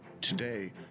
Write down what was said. today